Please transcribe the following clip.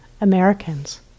Americans